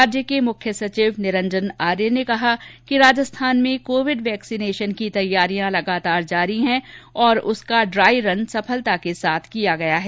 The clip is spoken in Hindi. राज्य के मुख्य सचिव निरंजन आर्य ने कहा कि राजस्थान में कोविड वैक्सीनेशन की तैयारियां लगातार जारी है और उसका ड्राई रन सफलता के साथ किया गया है